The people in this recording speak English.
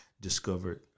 discovered